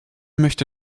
möchte